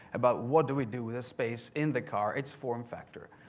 about what do we do with this space in the car it's form factor.